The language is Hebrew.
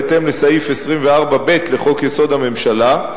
בהתאם לסעיף 24(ב) לחוק-יסוד: הממשלה,